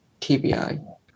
TBI